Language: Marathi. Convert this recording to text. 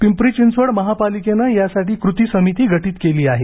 पिंपरी चिंचवड महापालिकेनं यासाठी कृती समिती गठीत केली आहे